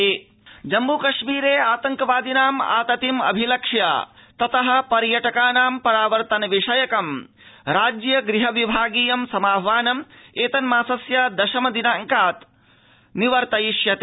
कश्मीर समाह्वानम् जम्मू कश्मीरे आतंकवादिनाम् आततिमभिलक्ष्य ततः पर्यटकानां परावर्तन विषयकं राज्य गृह विभागीयं समाद्वानम् एतन्यासस्य दशम दिनांकात् निवर्तयिष्यते